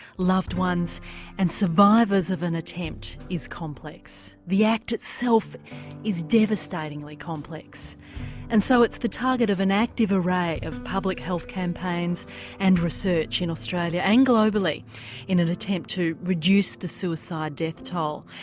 loved ones and survivors of an attempt is complex. the act itself is devastatingly complex and so it's the target of an active array of public health campaigns and research in australia and globally in an attempt to reduce the suicide death toll.